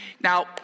Now